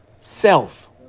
self